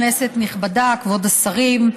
כנסת נכבדה, כבוד השרים,